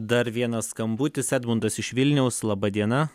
dar vienas skambutis edmundas iš vilniaus laba diena